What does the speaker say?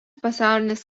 pasaulinis